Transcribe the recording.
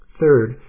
Third